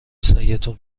سگتون